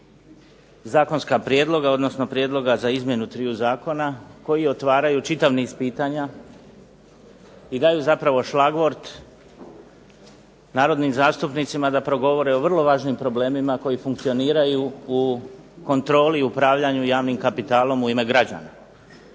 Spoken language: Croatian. zakonska prijedloga, odnosno prijedloga za izmjenu triju zakona, koji otvaraju čitav niz pitanja i daju zapravo šlagvort narodnim zastupnicima da progovore o vrlo važnim problemima koji funkcioniraju u kontroli i upravljanju javnim kapitalom u ime građana.